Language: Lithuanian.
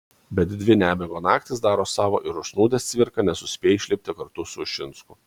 bet dvi nemigo naktys daro savo ir užsnūdęs cvirka nesuspėja išlipti kartu su ušinsku